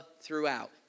throughout